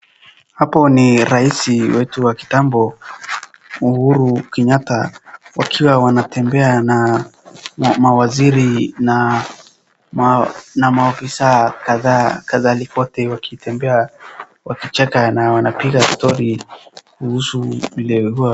Hapo ni rais wetu wa kitambo Uhuru Kenyatta wakiwa wanatembea na mawziri na maofisaa kadhaa kadhalika wote wakitembea wakicheka na wanapiga stori kuhusu vile huwa.